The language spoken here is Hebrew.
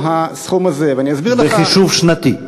בחישוב שנתי.